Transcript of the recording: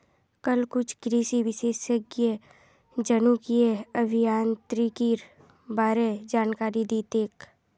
कल कुछ कृषि विशेषज्ञ जनुकीय अभियांत्रिकीर बा र जानकारी दी तेक